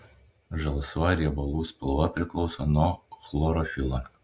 žalsva riebalų spalva priklauso nuo chlorofilo